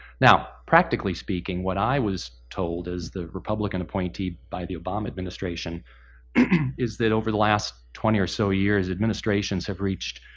now, practically speaking, what i was told the republican appointee by the obama administration is that over the last twenty or so years, administrations have reached,